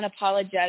unapologetic